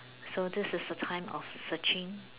so this is the time of searching